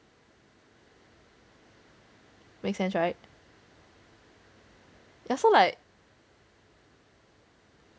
makes sense right ya so like